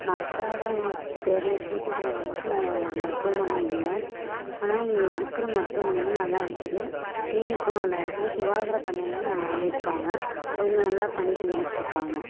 மக்களோடய தேவையை பூர்த்தி செய்கிற அளவுக்கு இங்கே மருத்துவமனை இல்லை ஆனால் இங்கே இருக்கிற மருத்துவமனைகள் நல்லா இருக்குது கிளீனிக்கும் நல்லா இருக்குது சுகாதார பணியாளர்களும் நான் இருக்காங்க அவங்க நல்லா பணி செஞ்சிகிட்டு இருக்காங்க